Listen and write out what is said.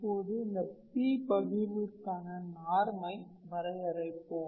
இப்போது இந்த P பகிர்வுக்கான நார்மை வரையறுப்போம்